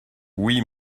oui